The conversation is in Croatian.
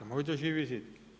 Možda Živi zid.